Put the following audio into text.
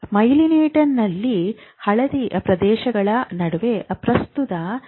ಮೈಲೀನೇಟೆಡ್ನಲ್ಲಿ ಹಳದಿ ಪ್ರದೇಶಗಳ ನಡುವೆ ಪ್ರಸ್ತುತ ಜಿಗಿತಗಳು ಸಂಭವಿಸುತ್ತವೆ